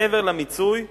מעבר למיצוי שמוצה.